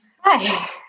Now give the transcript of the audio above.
hi